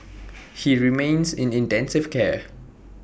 he remains in intensive care